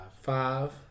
Five